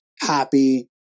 happy